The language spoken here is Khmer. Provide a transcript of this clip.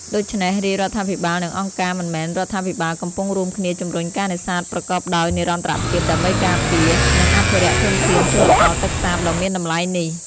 ដូច្នេះ រាជរដ្ឋាភិបាលនិងអង្គការមិនមែនរដ្ឋាភិបាលកំពុងរួមគ្នាជំរុញការនេសាទប្រកបដោយនិរន្តរភាព ដើម្បីការពារ និងអភិរក្សធនធានជលផលទឹកសាបដ៏មានតម្លៃនេះ។